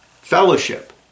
fellowship